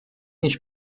nicht